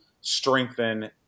strengthen